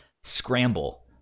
scramble